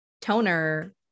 toner